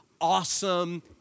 awesome